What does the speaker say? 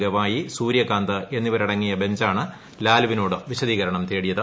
ഗവായി സൂര്യകാന്ത് എന്നിവരടങ്ങിയ ബഞ്ചാണ് ലാലുവിനോട് വിശദീകരണം തേടിയത്